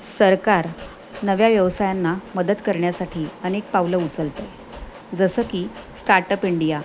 सरकार नव्या व्यवसायांना मदत करण्याण्यासाठी अनेक पावलं उचलते जसं की स्टार्टअप इंडिया